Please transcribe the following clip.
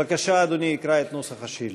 בבקשה, אדוני יקרא את נוסח השאילתה.